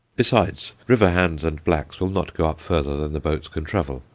besides, river-hands and blacks will not go further than the boats can travel,